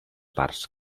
parts